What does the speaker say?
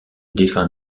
défunt